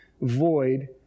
void